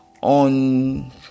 on